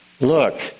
look